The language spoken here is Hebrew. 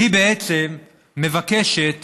היא מבקשת